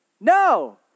No